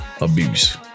abuse